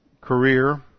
career